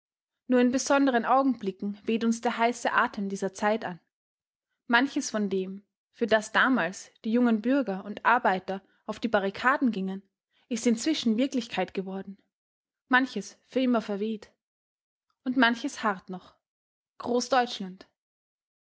nur in besonderen augenblicken weht uns der heiße atem dieser zeit an manches von dem für das damals die jungen bürger und arbeiter auf die barrikaden gingen ist inzwischen wirklichkeit geworden manches für immer verweht und manches harrt noch